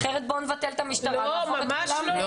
אחרת בואו נבטל את המשטרה ונהפוך את כולם לחברה פרטית.